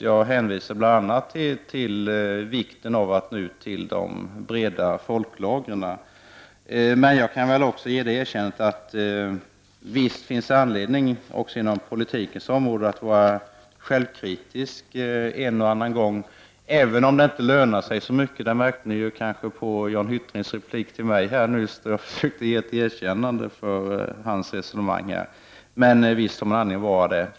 Jag hänvisade bl.a. till vikten av att nå ut till de breda folklagren. Men jag kan också göra det erkännandet att det visst finns anledning att vara självkritisk en och annan gång också inom politikens område, även om det inte lönar sig så mycket — det märkte ni kanske på Jan Hyttrings replik till mig nyss, då jag försökte ge honom ett erkännande för hans resonemang. Men visst har man anledning att vara självkritisk.